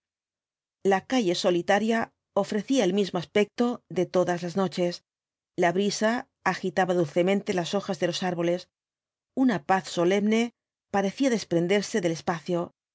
la calle solitaria ofrecía el mismo aspecto de todas las noches la brisa agitaba dulcemente las hojas de los árboles una paz solemne parecía desprenderse del espacio las